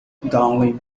darling